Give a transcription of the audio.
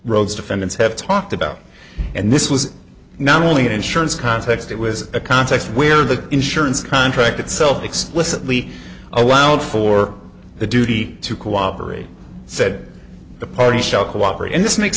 rhodes defendants have talked about and this was not only an insurance context it was a context where the insurance contract itself explicitly allowed for the duty to cooperate said the party shall cooperate and this makes